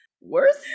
Worse